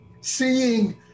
Seeing